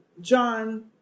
John